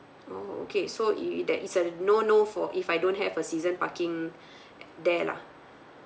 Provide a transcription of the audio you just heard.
oh okay so if it that it's a no no for if I don't have a season parking there lah